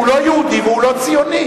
הוא לא יהודי והוא לא ציוני.